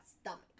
stomach